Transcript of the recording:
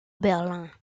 berlin